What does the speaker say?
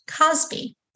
Cosby